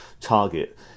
target